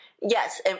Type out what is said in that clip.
Yes